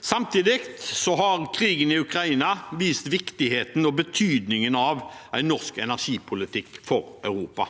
Samtidig har krigen i Ukraina vist viktigheten og betydningen av en norsk energipolitikk for Europa,